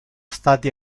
stati